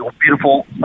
beautiful